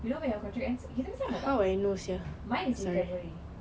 then when your contract ends kita sama tak mine is on february